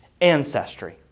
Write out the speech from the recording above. ancestry